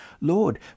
Lord